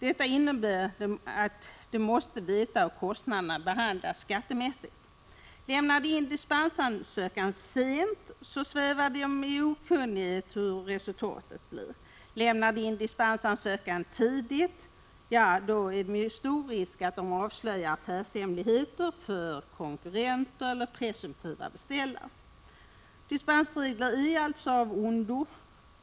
Detta innebär att de måste veta hur kostnaderna kommer att behandlas skattemässigt. Lämnar de in dispensansökan sent svävar de i okunnighet om vilket resultatet blir. Lämnar de in dispensansökan tidigt är risken stor att de avslöjar affärshemligheter för konkurrenter och presumtiva beställare. Dispensregler är alltså av ondo.